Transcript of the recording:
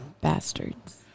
bastards